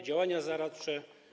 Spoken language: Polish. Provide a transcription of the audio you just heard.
Działania zaradcze.